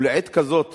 ולעת כזאת